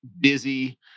busy